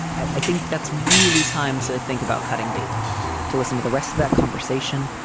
i think that's really time to think about cutting bait to listen to the rest of that conversation.